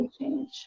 change